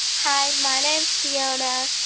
hi. my name's fiona,